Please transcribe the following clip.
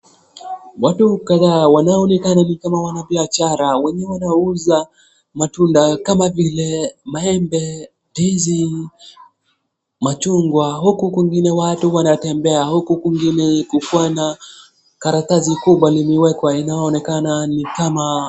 Watu kadhaa wanaoneakana kama ni wanabiashara wenye wanauza matunda kama vile maembe, ndizi, machungwa huku kwingine watu wanatembea huku kwingine kukiwa na karatasi kubwa limwekwa inaoonekana ni kama.